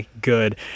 good